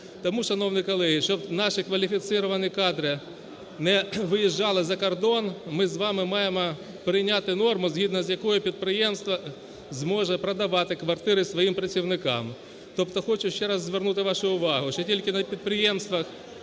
Тому, шановні колеги, щоб наші кваліфіковані кадри не виїжджали за кордон ми з вами маємо прийняти норму, згідно з якою підприємство зможе продавати квартири своїм працівникам. Тобто хочу ще раз звернути вашу увагу, що тільки на підприємствах,